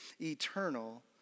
eternal